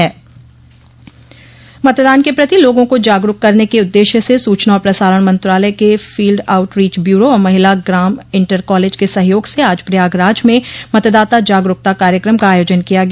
मतदान के प्रति लोगों को जागरूक करने के उद्देश्य से सूचना और प्रसारण मंत्रालय के फील्ड आउटरीच ब्यूरो और महिला ग्राम इंटर कॉलेज के सहयोग से आज प्रयागराज में मतदाता जागरूकता कार्यक्रम का आयोजन किया गया